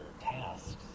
tasks